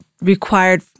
required